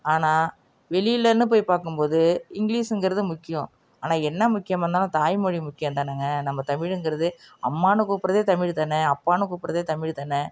ஆனால் வெளியிலேன்னு போய் பார்க்கும்போது இங்கிலீஸுங்கிறது முக்கியம் ஆனால் என்ன முக்கியமாக இருந்தாலும் தாய்மொழி முக்கியம்தானேங்க நம்ப தமிழ்ங்கிறதே அம்மானு கூப்பிட்றதே தமிழ்தானே அப்பானு கூப்பிட்றதே தமிழ்தானே